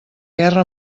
guerra